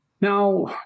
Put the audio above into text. Now